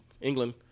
England